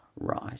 right